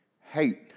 hate